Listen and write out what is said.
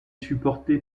supporté